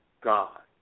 God